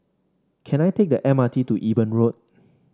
can I take the M R T to Eben Road